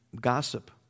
gossip